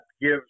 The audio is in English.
gives